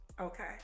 Okay